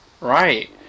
Right